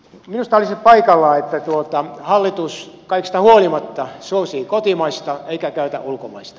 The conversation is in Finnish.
minusta olisi paikallaan että hallitus kaikesta huolimatta suosii kotimaista eikä käytä ulkomaista